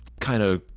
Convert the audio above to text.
kinda.